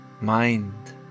mind